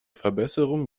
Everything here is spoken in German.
verbesserung